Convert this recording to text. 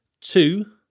Two